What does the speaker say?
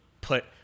put